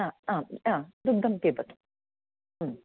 ह आम् आ दुग्धं पिबत